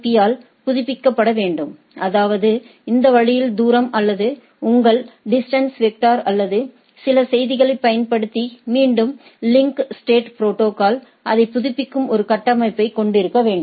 பீ ஆல் புதுப்பிக்கப்பட வேண்டும் அதாவது இந்த வழியில் தூரம் அல்லது உங்கள் டிஸ்டன்ஸ் வெக்டர் அல்லது சில செய்திகளைப் பயன்படுத்தி மீண்டும் லிங்க் ஸ்டேட் ப்ரோடோகால் அதை புதுப்பிக்கும் ஒரு கட்டமைப்பைக் கொண்டிருக்க வேண்டும்